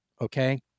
okay